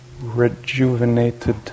rejuvenated